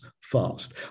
fast